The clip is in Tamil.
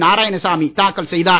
நாராயணசாமி தாக்கல் செய்தார்